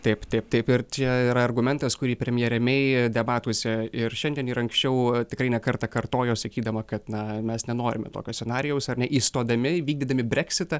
taip taip taip ir čia yra argumentas kurį premjerė mei debatuose ir šiandien ir anksčiau tikrai ne kartą kartojo sakydama kad na mes nenorime tokio scenarijaus ar ne išstodami vykdydami breksitą